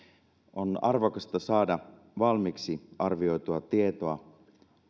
on arvokasta saada valmiiksi arvioitua tietoa